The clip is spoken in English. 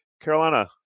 Carolina